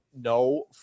no